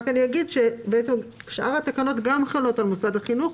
אגיד רק ששאר התקנות גם חלות על מוסדות חינוך,